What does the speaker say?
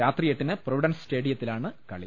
രാത്രി എട്ടിന് Providence സ്റ്റേഡിയത്തിലാണ് കളി